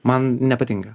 man nepatinka